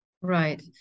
Right